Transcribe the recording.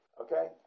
Okay